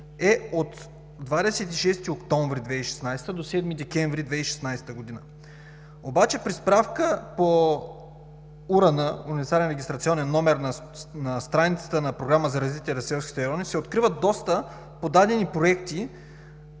е от 26 октомври 2016 г. до 7 декември 2016 г. При справка по Универсален регистрационен номер на страницата на Програмата за развитие на селските райони се откриват доста подадени проекти